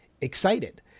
excited